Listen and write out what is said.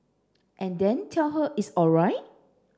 and then tell her it's alright